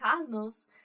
Cosmos